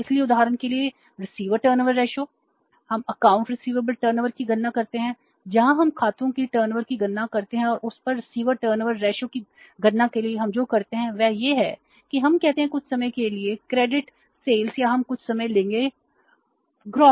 इसलिए ये 3 रेशों या हमें कुछ समय लगेगा कुल बिक्री